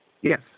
Yes